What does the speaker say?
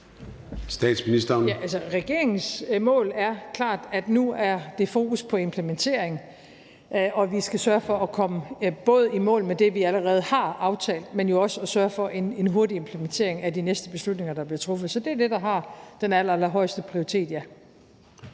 regeringens mål er klart, at nu er der fokus på implementering, og at vi både skal sørge for at komme i mål med det, vi allerede har aftalt, men også sørge for en hurtig implementering af de næste beslutninger, der bliver truffet. Så ja, det er det, der har den allerhøjeste prioritet. Kl.